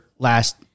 Last